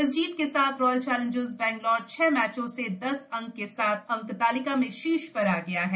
इस जीत के साथ रॉयल चौलेंजर्स बेंगलोर छह मैचों से दस अंक के साथ अंकतालिका में शीर्ष पर आ गया है